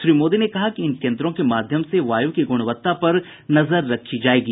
श्री मोदी ने कहा कि इन केन्द्रों के माध्यम से वायु की गुणवत्ता पर नजर रखी जायेगी